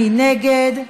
מי נגד?